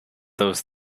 those